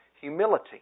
humility